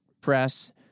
press